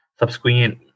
Subsequent